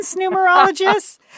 numerologists